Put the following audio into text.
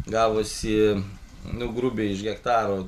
gavosi nu grubiai iš hektaro